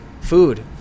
Food